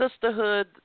sisterhood